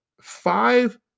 five